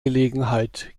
gelegenheit